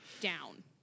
down